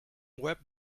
web